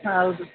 ಆಂ ಹೌದು